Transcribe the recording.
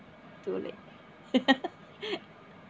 too late